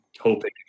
hoping